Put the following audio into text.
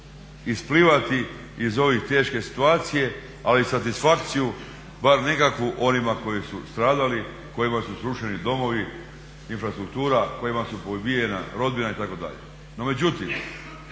isplivati iz ove teške situacije, ali i satisfakciju bar nekakvu onima koji su stradali, kojima su srušeni domovi, infrastruktura, kojima je pobijena rodbina itd. No međutim,